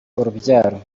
urubyaro